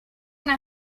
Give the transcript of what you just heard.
una